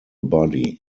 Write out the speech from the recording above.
body